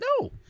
No